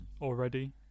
already